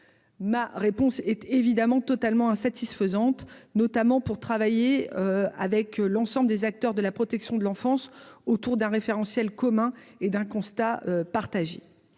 ma réponse est évidemment totalement insatisfaisante, notamment pour travailler avec l'ensemble des acteurs de la protection de l'enfance, autour d'un référentiel commun et d'un constat partagé